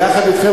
יחד אתכם,